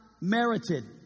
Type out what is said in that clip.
merited